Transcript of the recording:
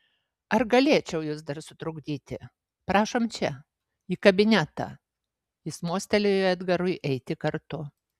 ar galėčiau jus dar sutrukdyti prašom čia į kabinetą jis mostelėjo edgarui eiti kartu